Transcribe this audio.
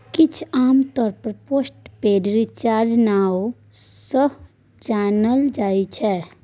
किछ आमतौर पर पोस्ट पेड रिचार्ज नाओ सँ जानल जाइ छै